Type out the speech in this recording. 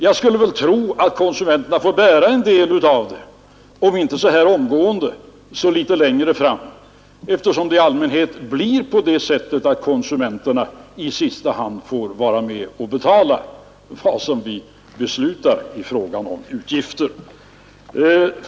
Jag skulle väl tro att konsumenterna får bära en del av kostnaderna — om inte så här omgående, så i alla fall litet längre fram — eftersom det i allmänhet blir på det sättet att konsumenterna i sista hand måste vara med och betala de utgifter som blir beslutade.